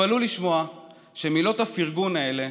תתפלאו לשמוע שמילות הפרגון האלה